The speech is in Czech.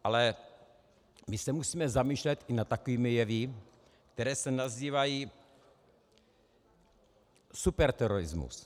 Ale my se musíme zamýšlet i nad takovými jevy, které se nazývají superterorismus.